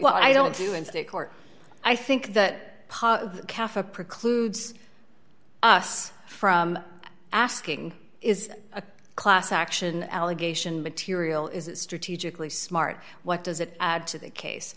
well i don't do in state court i think that calf a prick ludes us from asking is a class action allegation material is it strategically smart what does it add to the case